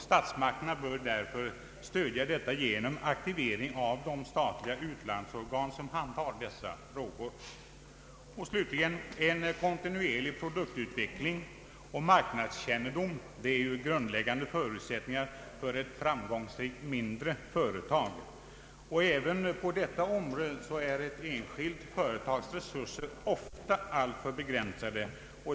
Statsmakterna bör därför stödja denna introduktion genom aktivering av de statliga utlandsorgan som handhar dessa frågor. En kontinuerlig produktutveckling och marknadskännedom är grundläggande förutsättningar för ett framgångsrikt mindre företag. även på detta område är ett enskilt företags resurser ofta alltför begränsade.